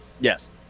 Yes